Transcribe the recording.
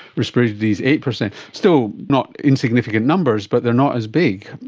respiratory disease eight percent. still not insignificant numbers, but they are not as big.